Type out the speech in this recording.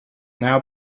now